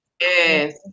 Yes